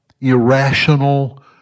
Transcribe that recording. irrational